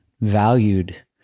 valued